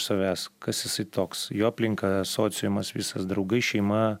savęs kas jisai toks jo aplinka sociumas visas draugai šeima